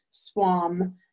swam